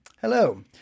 Hello